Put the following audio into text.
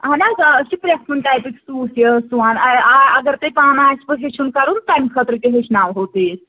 اَہَن حظ آ أسۍ چھِ پرٛٮ۪تھ کُنہِ ٹایپٕکۍ سوٗٹ یہِ سُوان آ اَگر تُہۍ پانہٕ آسوٕ ہیٚچھُن کَرُن تَمہِ خٲطرٕ تہِ ہیٚچھناوہو تُہۍ أسۍ